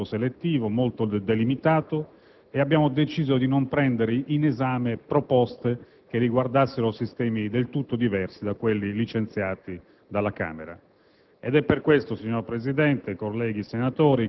Per tale motivo abbiamo svolto un lavoro emendativo molto selettivo e delimitato e abbiamo deciso di non prendere in esame proposte che riguardassero sistemi del tutto differenti da quelli licenziati dalla Camera